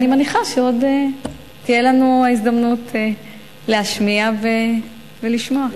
אני מניחה שעוד תהיה לנו ההזדמנות להשמיע ולשמוע.